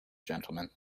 gentlemen